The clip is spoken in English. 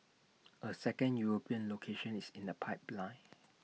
A second european location is in the pipeline